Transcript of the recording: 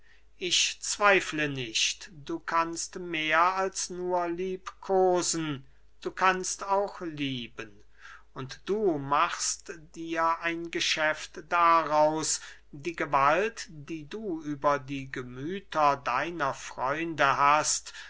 ich zweifle nicht du kannst mehr als nur liebkosen du kannst auch lieben und du machst dir ein geschäft daraus die gewalt die du über die gemüther deiner freunde hast